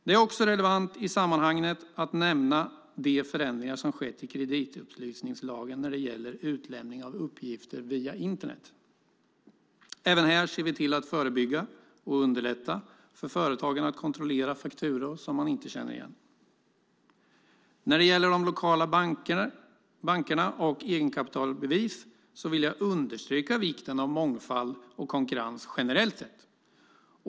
Det är också relevant i sammanhanget att nämna de förändringar som har skett i kreditupplysningslagen när det gäller utlämning av uppgifter via Internet. Även här ser vi till att förebygga och underlätta för företagaren att kontrollera fakturor som man inte känner igen. När det gäller de lokala bankerna och egenkapitalbevis vill jag understryka vikten av mångfald och konkurrens generellt sett.